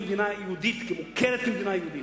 יהודית ומוכרת כמדינה יהודית.